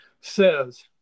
says